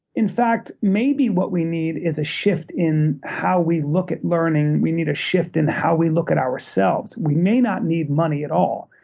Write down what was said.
in fact, maybe what we need is a shift in how we look at learning. we need a shift in how we look at ourselves. we may not need money at all.